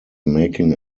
making